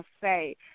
say